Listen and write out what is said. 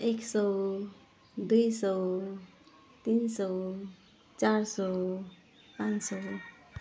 एक सौ दुई सौ तिन सौ चार सौ पाँच सौ